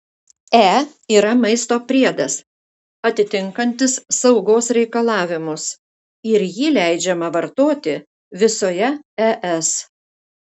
e yra maisto priedas atitinkantis saugos reikalavimus ir jį leidžiama vartoti visoje es